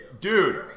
Dude